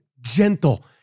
gentle